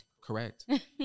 correct